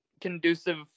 conducive